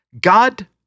God